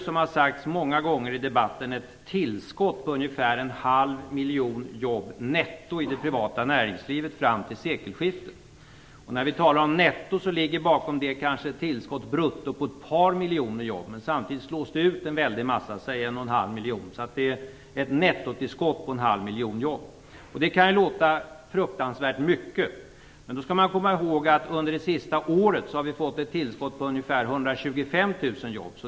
Som det sagts många gånger i debatten behövs det ett tillskott på en halv miljon netto i det privata näringslivet fram till sekelskiftet. Det innebär ett bruttotillskott på kanske ett par miljoner jobb. Samtidigt slås det ut en väldig massa jobb, varför det kan vara fråga om ett nettotillskott på en halv miljon jobb. Detta kan låta fruktansvärt mycket. Men då skall man komma ihåg att vi under det sista året fått ett tillskott på ungefär 125 000 jobb.